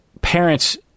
parents